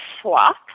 swap